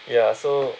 ya so